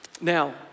Now